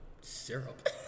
syrup